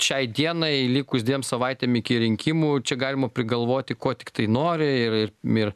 šiai dienai likus dviem savaitėm iki rinkimų čia galima prigalvoti ko tiktai nori ir ir ir